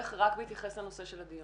כך אני חשבתי עת פניתי אליהם.